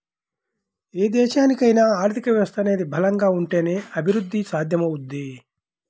ఏ దేశానికైనా ఆర్థిక వ్యవస్థ అనేది బలంగా ఉంటేనే అభిరుద్ధి సాధ్యమవుద్ది